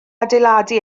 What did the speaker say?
adeiladu